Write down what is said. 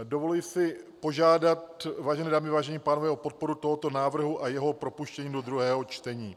Dovoluji si požádat, vážené dámy, vážení pánové, o podporu tohoto návrhu a jeho propuštění do druhého čtení.